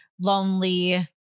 lonely